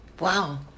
Wow